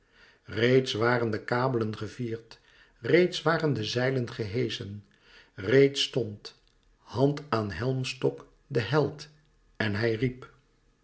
reeds waren de kabelen gevierd reeds waren de zeilen geheschen reeds stond hand aan helmstok de held en hij riep